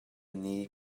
nih